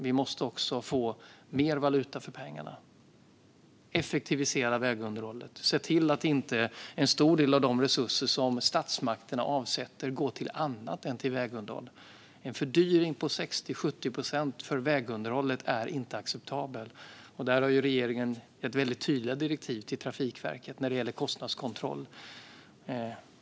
Vi måste också få mer valuta för pengarna, effektivisera vägunderhållet och se till att inte en stor del av de resurser som statsmakterna avsätter går till annat än till vägunderhåll. En fördyring med 60-70 procent för vägunderhåll är inte acceptabel. Regeringen har gett tydliga direktiv till Trafikverket när det gäller kostnadskontroll.